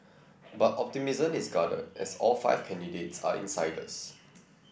but optimism is guarded as all five candidates are insiders